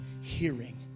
hearing